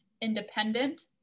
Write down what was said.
independent